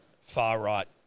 far-right